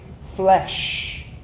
flesh